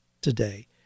today